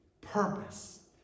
purpose